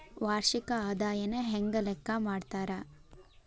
ವಾರ್ಷಿಕ ಆದಾಯನ ಹೆಂಗ ಲೆಕ್ಕಾ ಮಾಡ್ತಾರಾ?